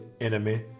enemy